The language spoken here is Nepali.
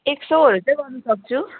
एक सयहरू चाहिँ गर्नुसक्छु